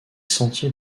sentiers